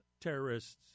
terrorists